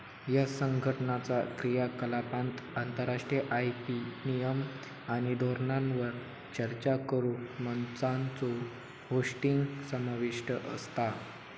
ह्या संघटनाचा क्रियाकलापांत आंतरराष्ट्रीय आय.पी नियम आणि धोरणांवर चर्चा करुक मंचांचो होस्टिंग समाविष्ट असता